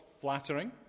flattering